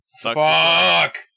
Fuck